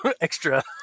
extra